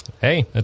hey